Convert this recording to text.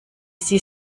sie